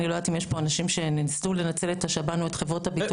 אני לא יודעת אם יש פה אנשים שניסו לנצל את השב"ן או את חברות הביטוח.